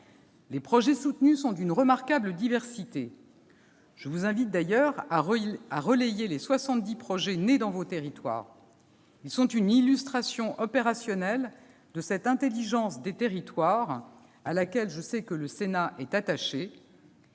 Les projets soutenus sont d'une remarquable diversité. Je vous invite d'ailleurs à relayer les soixante-dix projets nés dans vos territoires, car ils sont une illustration opérationnelle de cette « intelligence des territoires » à laquelle le Sénat est, je le sais, attaché.